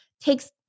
takes